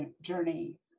journey